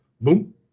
boom